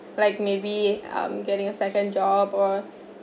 like maybe um getting a second job or